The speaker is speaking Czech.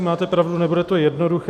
Máte pravdu, nebude to jednoduché.